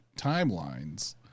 timelines